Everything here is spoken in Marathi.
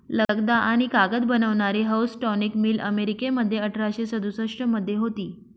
लगदा आणि कागद बनवणारी हाऊसटॉनिक मिल अमेरिकेमध्ये अठराशे सदुसष्ट मध्ये होती